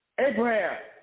Abraham